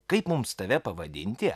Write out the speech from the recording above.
kaip mums tave pavadinti